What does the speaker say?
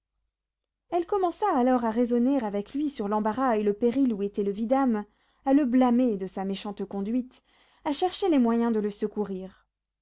elle commença alors à raisonner avec lui sur l'embarras et le péril où était le vidame à le blâmer de sa méchante conduite à chercher les moyens de le secourir